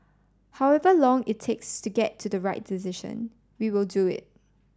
however long it takes to get to the right decision we will do it